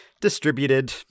distributed